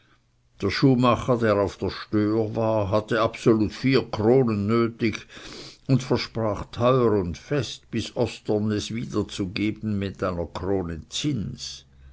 der schuhmacher der auf der stör war hatte absolut vier kronen nötig und versprach teuer und fest bis ostern es wiederzugeben mit einer krone zins